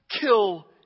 kill